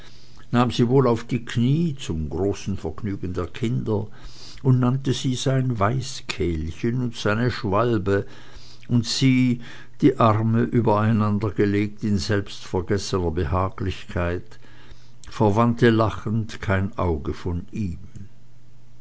nahm sie wohl auf die knie zum großen vergnügen der kinder und nannte sie sein weißkehlchen und seine schwalbe und sie die arme übereinandergelegt in selbstvergessener behaglichkeit verwandte lachend kein auge von ihm